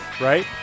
Right